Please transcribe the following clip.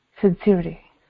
sincerity